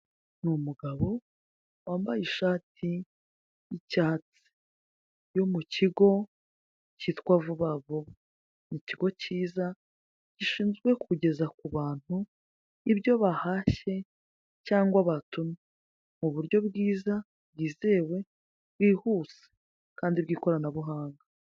Ni umugabo wambaye ishati y'icyatsi. Yo mu kigo cyitwa vuba vuba. Ni ikigo cyiza, gishinzwe kugeza ku bantu ibyo bahashye cyangwa batumye. Mu buryo bwiza, bwizewe, bwihuse. Kandi bw'ikoranabuhanga.